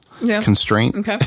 constraint